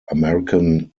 american